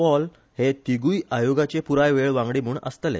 पॉल हे तिग्रय आयोगाचे पुराय वेळ वांगडी म्हण आसतले